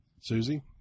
Susie